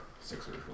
Sixers